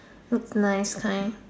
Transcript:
look nice kind